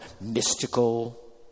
mystical